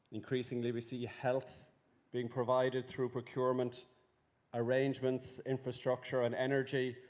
increasingly we see health being provided through procurement arrangements, infrastructure and energy.